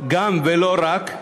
גם ולא רק,